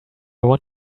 want